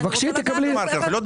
אבל תבקשי תקבלי.